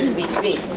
retreat.